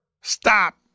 stop